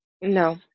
No